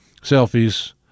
selfies